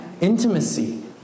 Intimacy